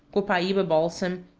copaiba balsam,